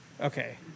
Okay